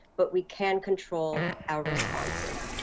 but we can control our responses.